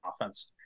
offense